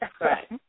Right